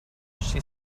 she